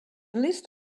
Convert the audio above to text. list